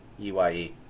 eye